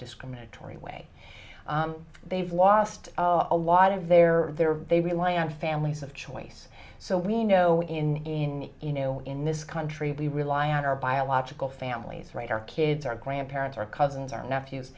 discriminatory way they've lost a lot of their their they rely on families of choice so we know in you know in this country we rely on our biological families right our kids our grandparents our cousins our nephews